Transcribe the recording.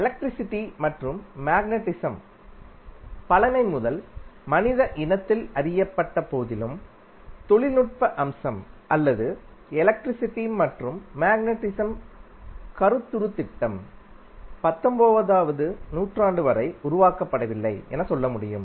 electricity மற்றும் magnetism பழமை முதல் மனித இனத்தில் அறியப்பட்ட போதிலும் தொழில்நுட்ப அம்சம் அல்லது எலக்ட்ரிசிட்டி மற்றும் மேக்னடிஸம் கருத்துரு திட்டம் 19வதுநூற்றாண்டு வரை உருவாக்கப்படவில்லை என சொல்ல முடியும்